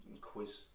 quiz